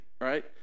right